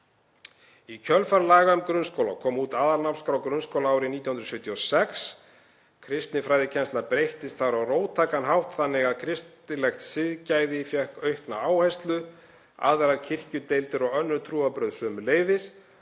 Í kjölfar laga um grunnskóla kom út aðalnámskrá grunnskóla árið 1976. Kristinfræðikennsla breyttist þar á róttækan hátt þannig að kristilegt siðgæði fékk aukna áherslu, aðrar kirkjudeildir og önnur trúarbrögð sömuleiðis.